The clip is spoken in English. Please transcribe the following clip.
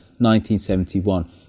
1971